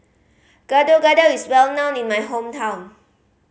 Gado Gado is well known in my hometown